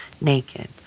naked